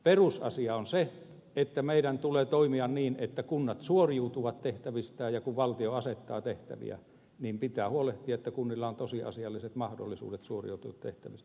perusasia on se että meidän tulee toimia niin että kunnat suoriutuvat tehtävistään ja kun valtio asettaa tehtäviä niin pitää huolehtia että kunnilla on tosiasialliset mahdollisuudet suoriutua tehtävistä